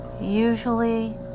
usually